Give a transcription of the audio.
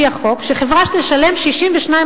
על פי-החוק,